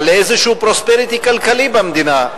על איזשהו "פרוספריטי" כלכלי במדינה,